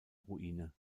ruine